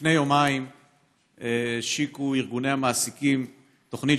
לפני יומיים השיקו ארגוני המעסיקים תוכנית